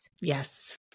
Yes